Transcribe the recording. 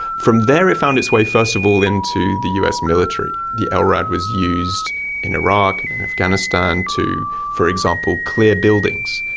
from there it found its way first of all into the us military. the lrad was used in iraq and in afghanistan to, for example, clear buildings.